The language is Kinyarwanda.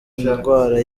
indwara